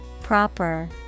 Proper